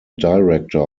director